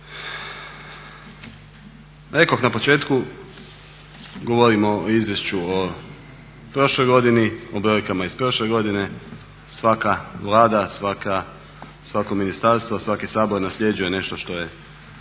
Rekoh na početku, govorim o izvješću o prošlog godini, o brojkama iz prošle godine, svaka Vlada, svako ministarstvo, svaki Sabor nasljeđuje nešto što je